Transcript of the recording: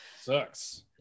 sucks